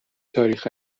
تاریخ